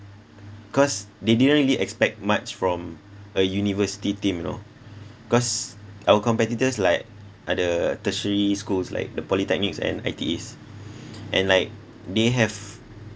cause they didn't really expect much from a university team you know cause our competitors like are the tertiary schools like the polytechnics and I_T_Es and like they have